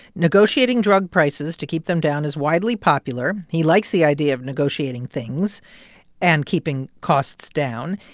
negotiating drug prices to keep them down is widely popular. he likes the idea of negotiating things and keeping costs down.